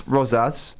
Rosas